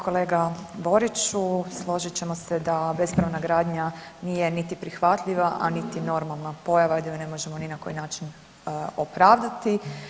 Kolega Boriću, složit ćemo se da bespravna radnja nije niti prihvatljiva, a niti normalna pojava ovdje mi ne možemo ni na koji način opravdati.